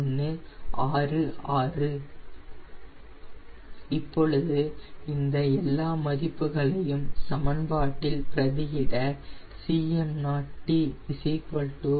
0166 இப்பொழுது இந்த எல்லாம் மதிப்புகளையும் சமன்பாட்டில் பிரதியிட Cm0t 1 ∗ 0